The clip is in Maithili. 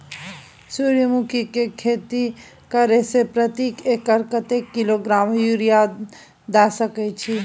सूर्यमुखी के खेती करे से प्रति एकर कतेक किलोग्राम यूरिया द सके छी?